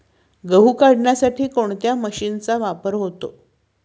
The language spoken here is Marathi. गहू काढण्यासाठी कोणत्या मशीनचा वापर होतो?